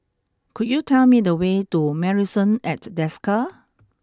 could you tell me the way to Marrison at Desker